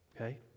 okay